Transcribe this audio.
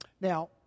Now